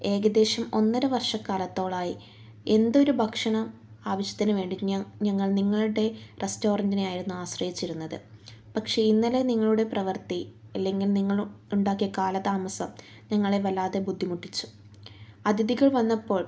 ഏകദേശം ഒന്നരവർഷക്കാലത്തോളം ആയി എന്തൊരു ഭക്ഷണം ആവശ്യത്തിനു വേണ്ടി ഞങ്ങൾ നിങ്ങളുടെ റസ്റ്റോറന്റിനെ ആയിരുന്നു ആശ്രയിച്ചിരുന്നത് പക്ഷേ ഇന്നലെ നിങ്ങളുടെ പ്രവർത്തി അല്ലെങ്കിൽ നിങ്ങൾ ഉണ്ടാക്കിയ കാലതാമസം ഞങ്ങളെ വല്ലാതെ ബുദ്ധിമുട്ടിച്ചു അതിഥികൾ വന്നപ്പോൾ